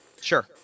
Sure